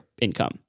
income